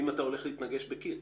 אם אתה הולך להתנגש בקיר.